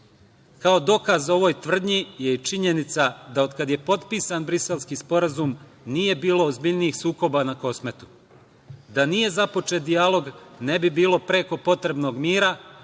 Kao dokaz o ovoj tvrdnji je i činjenica da od kada je potpisan Briselski sporazum nije bilo ozbiljnijih sukoba na Kosmetu. Da nije započet dijalog, ne bi bilo preko potrebnog mira